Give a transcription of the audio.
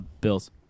Bills